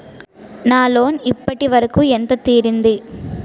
నా లోన్ ఇప్పటి వరకూ ఎంత తీరింది?